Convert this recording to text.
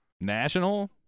National